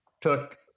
took